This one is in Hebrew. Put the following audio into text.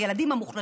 על הילד המשולב.